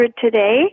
today